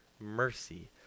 mercy